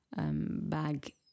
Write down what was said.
bag